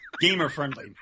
Gamer-friendly